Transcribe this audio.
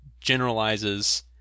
generalizes